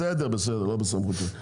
בסדר, בסדר, לא בסמכותך.